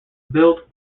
built